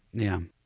yeah.